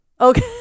okay